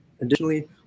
Additionally